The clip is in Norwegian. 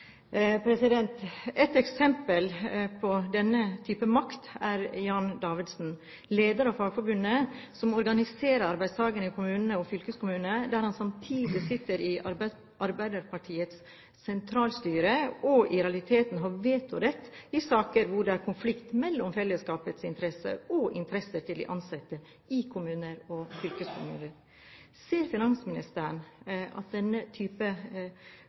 Et eksempel på denne type makt er Jan Davidsen, leder av Fagforbundet, som organiserer arbeidstakerne i kommunene og fylkeskommunene, og som samtidig sitter i Arbeiderpartiets sentralstyre og i realiteten har vetorett i saker hvor det er konflikt mellom fellesskapets interesser og de ansattes interesser i kommuner og fylkeskommuner. Ser finansministeren at denne type